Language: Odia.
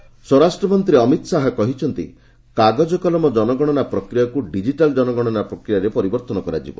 ହୋମ୍ ମିନିଷ୍ଟର ସ୍ୱରାଷ୍ଟ୍ର ମନ୍ତ୍ରୀ ଅମିତ ଶାହା କହିଛନ୍ତି କାଗଜ କଲମ ଜନଗଣନା ପ୍ରକ୍ରିୟାକୁ ଡିକିଟାଲ୍ ଜନଗଣନା ପ୍ରକ୍ରିୟାରେ ପରିବର୍ତ୍ତନ କରାଯିବ